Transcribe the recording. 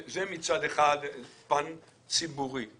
זה מצד אחד אחד פן ציבורי.